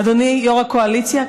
אדוני יו"ר הקואליציה,